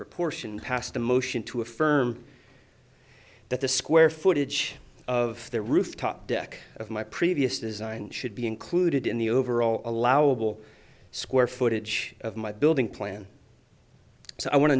proportion past the motion to affirm that the square footage of the rooftop deck of my previous design should be included in the overall allowable square footage of my building plan so i want to